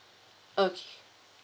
okay